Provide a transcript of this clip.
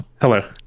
hello